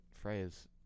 phrase